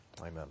Amen